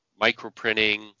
microprinting